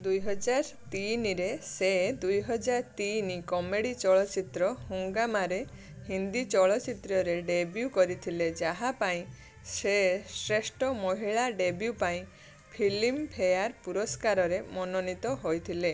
ଦୁଇହଜାର ତିନିରେ ସେ ଦୁଇହଜାର ତିନି କମେଡ଼ି ଚଳଚ୍ଚିତ୍ର ହଙ୍ଗାମାରେ ହିନ୍ଦୀ ଚଳଚ୍ଚିତ୍ରରେ ଡେବ୍ୟୁ କରିଥିଲେ ଯାହା ପାଇଁ ସେ ଶ୍ରେଷ୍ଠ ମହିଳା ଡେବ୍ୟୁ ପାଇଁ ଫିଲ୍ମଫେୟାର ପୁରସ୍କାରରେ ମନୋନୀତ ହୋଇଥିଲେ